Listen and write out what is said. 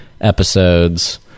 episodes